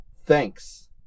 Thanks